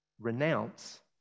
renounce